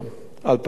2010,